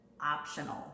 optional